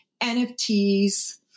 NFTs